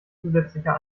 zusätzlicher